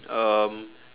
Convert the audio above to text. um